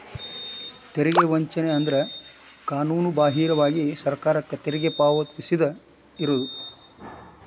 ತೆರಿಗೆ ವಂಚನೆ ಅಂದ್ರ ಕಾನೂನುಬಾಹಿರವಾಗಿ ಸರ್ಕಾರಕ್ಕ ತೆರಿಗಿ ಪಾವತಿಸದ ಇರುದು